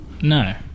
No